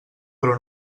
però